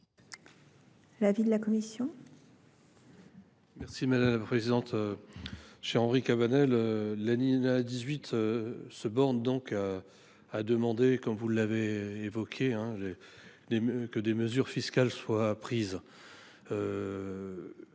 l’avis de la commission ?